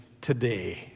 today